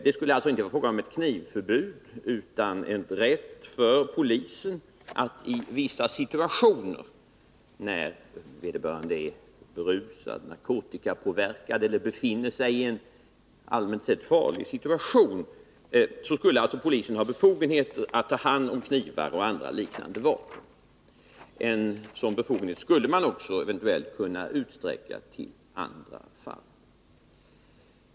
Det skulle alltså inte vara fråga om ett knivförbud utan om en rätt för polisen att i vissa situationer — när vederbörande person är berusad eller narkotikapåverkad eller befinner sig i en allmänt sett farlig situation — ta hand om knivar och andra liknande vapen. En sådan befogenhet skulle man också eventuellt kunna utsträcka till andra fall.